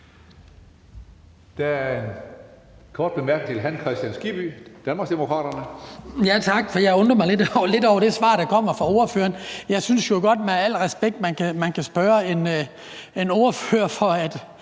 kort bemærkning til hr. Hans Kristian Skibby, Danmarksdemokraterne.